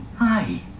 hi